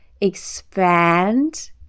expand